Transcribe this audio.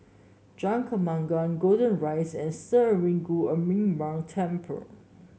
Jalan Kembangan Golden Rise and Sri Arulmigu Murugan Temple